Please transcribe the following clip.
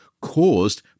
caused